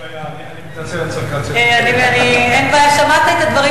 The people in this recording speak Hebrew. אין בעיה.